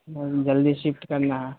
جلدی شفٹ کرنا ہے